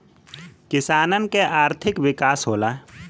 किसानन के आर्थिक विकास होला